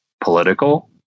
political